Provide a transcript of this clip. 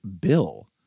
Bill